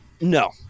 No